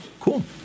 Cool